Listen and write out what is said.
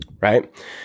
right